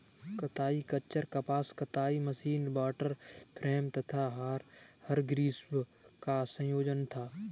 कताई खच्चर कपास कताई मशीनरी वॉटर फ्रेम तथा हरग्रीव्स का संयोजन था